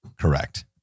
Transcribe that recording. Correct